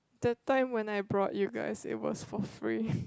the time when I brought you guys it was fluffy